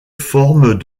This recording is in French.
formes